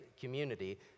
community